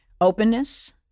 openness